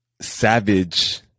savage